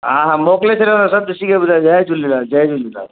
हा हा मोकिले छॾियोमांव सभु ॾिसी करे ॿुधायो जय झूलेलाल जय झूलेलाल